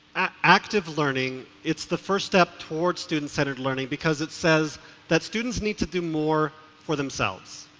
active learning, it's the first step towards student centered learning because it says that students need to do more for themselves.